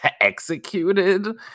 executed